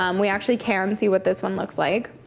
um we actually can see what this one looks like.